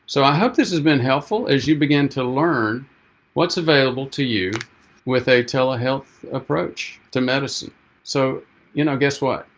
so i hope this has been helpful as you begin to learn what's available to you with a telehealth approach to medicine so you know. guess what?